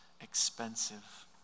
expensive